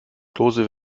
klose